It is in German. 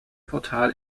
portal